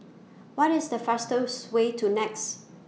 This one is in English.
What IS The fastest Way to Nex